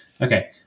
Okay